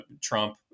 Trump